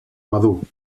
madur